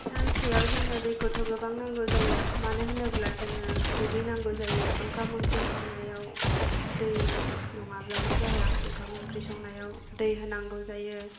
सानसेयाव जोंनो दैखौथ' गोबां नांगौ जायो मानो होनोब्ला जोङो दुगैनांगौ जायो ओंखाम ओंख्रि संनायाव दै नङाब्लानो जाया ओंखाम ओंख्रि संनायाव दै होनांगौ जायो